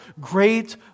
great